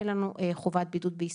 אין לנו חובת בידוד בישראל.